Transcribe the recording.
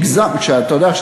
אתה יודע,